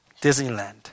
Disneyland